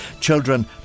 Children